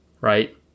right